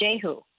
Jehu